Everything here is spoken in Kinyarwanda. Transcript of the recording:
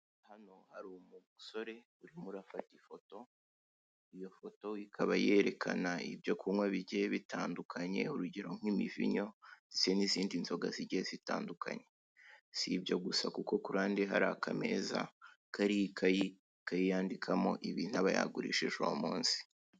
Hano hari umusore urimo urafata ifoto iyo foto ikaba yerekana ibyo kunywa bigiye bitandukanye, urugero nk'imivinyo ndetse n'izindi nzoga zigiye zitandukanye, si ibyo gusa kuko kuruhande hari aka meza kariho ikayi ikayiyandikamo ibintu aba yagurishije uwo munsi.